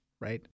Right